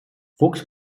fuchs